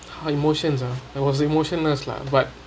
how emotions ah I was emotionless lah but